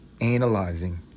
analyzing